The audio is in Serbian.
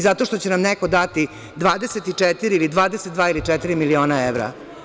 Zato što će nam neko dati 24 ili 22,4 miliona evra.